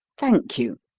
thank you,